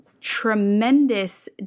tremendous